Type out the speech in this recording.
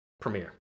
premiere